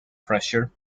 pressure